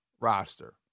roster